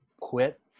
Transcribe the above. quit